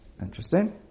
interesting